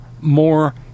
more